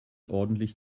ordentlich